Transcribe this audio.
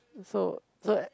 so so